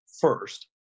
First